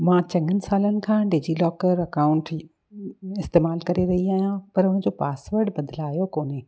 मां चङे सालनि खां डिजीलॉकर अकाउंट इस्तेमाल करे रही आहियां पर हुनजो पासवर्ड बदिलायो कोन्हे